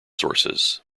sources